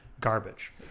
garbage